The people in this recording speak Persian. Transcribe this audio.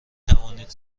توانید